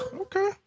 Okay